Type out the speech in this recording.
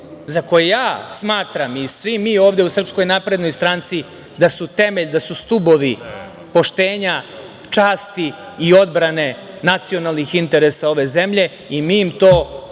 za koje ja smatram i svi mi ovde u SNS da su temelj, da su stubovi poštenja, časti i odbrane nacionalnih interesa ove zemlje i mi im to